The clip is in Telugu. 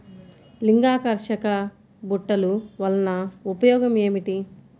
లింగాకర్షక బుట్టలు వలన ఉపయోగం ఏమిటి?